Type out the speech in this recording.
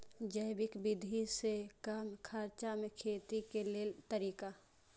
जैविक विधि से कम खर्चा में खेती के लेल तरीका?